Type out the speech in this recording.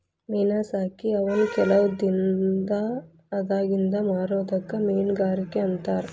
ಮೇನಾ ಸಾಕಿ ಅವನ್ನ ಕೆಲವ ದಿನಾ ಅಗಿಂದ ಮಾರುದಕ್ಕ ಮೇನುಗಾರಿಕೆ ಅಂತಾರ